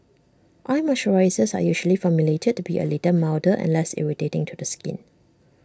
eye moisturisers are usually formulated to be A little milder and less irritating to the skin